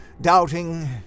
doubting